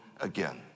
again